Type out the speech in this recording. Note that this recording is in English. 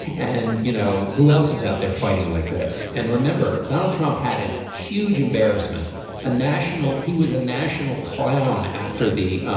and you know who else is out there fighting like this. and remember donald trump had an huge embarrassment a national. he was a national clown after the